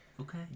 Okay